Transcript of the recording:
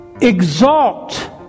exalt